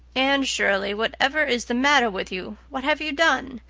anne shirley, whatever is the matter with you? what have you done?